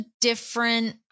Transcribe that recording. different-